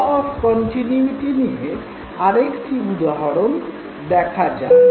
law of continuity নিয়ে আর একটা উদাহরণ দেখা যাক